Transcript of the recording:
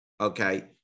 Okay